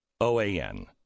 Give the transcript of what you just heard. OAN